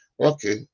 Okay